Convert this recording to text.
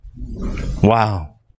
Wow